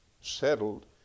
settled